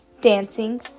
dancing